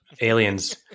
Aliens